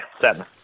seven